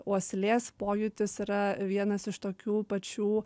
uoslės pojūtis yra vienas iš tokių pačių